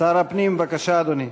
שר הפנים, בבקשה, אדוני.